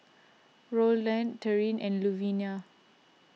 Rolland Tyrin and Luvinia